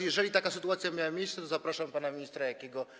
Jeżeli taka sytuacja miała miejsce, to zapraszam pana ministra Jakiego.